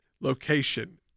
location